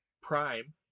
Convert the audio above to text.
prime